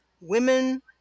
Women